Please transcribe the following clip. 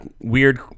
weird